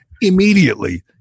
Immediately